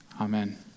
amen